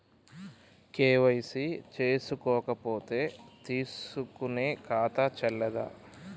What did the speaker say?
KYC చేసుకోకపోతే తీసుకునే ఖాతా చెల్లదా?